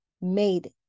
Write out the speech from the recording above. made